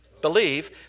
believe